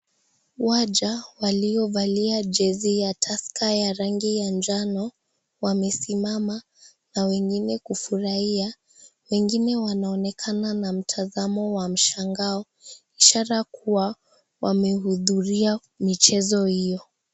Waja, waliovalia Jeysey ya Tusker ya rangi ya majano, wamesimama, na wengine kufurahia, wengine wanaonekana na mtazamo wa mshangao, ishara kuwa, wamehudhuria michezo hiyo.